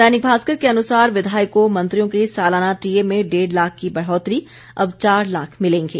दैनिक भास्कर के अनुसार विधायकों मंत्रियों के सालाना टीए में डेढ़ लाख की बढ़ोतरी अब चार लाख मिलेंगे